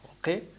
Okay